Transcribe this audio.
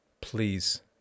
Please